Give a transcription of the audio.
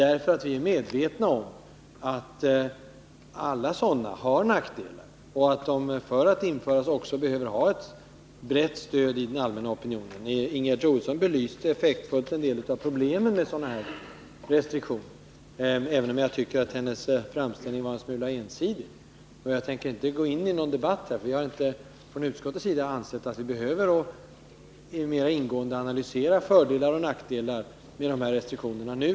Vi är nämligen medvetna om att alla restriktioner har nackdelar och att de för att kunna införas måste ha ett brett stöd i den allmänna opinionen. Ingegerd Troedsson belyste effektfullt en del av problemen med sådana här restriktioner, även om jag tycker att hennes framställning var en smula ensidig. Jag tänker emellertid inte gå in i någon debatt. Vi har från utskottets sida inte ansett att vi mera ingående behöver analysera fördelar och nackdelar med dessa åtgärder nu.